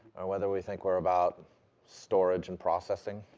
or whether we think we're about storage and processing,